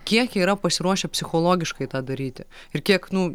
kiek jie yra pasiruošę psichologiškai tą daryti ir kiek nu